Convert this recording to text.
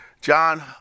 John